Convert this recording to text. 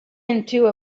into